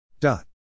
dot